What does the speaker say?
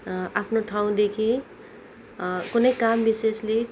आफ्नो ठाउँदेखि कुनै काम विशेषले